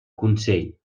consell